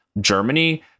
Germany